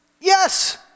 Yes